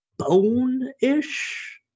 Bone-ish